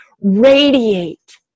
radiate